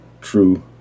true